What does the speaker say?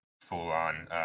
full-on